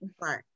Right